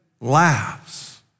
laughs